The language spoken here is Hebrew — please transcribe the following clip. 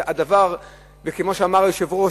כמו שאמר היושב-ראש,